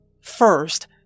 First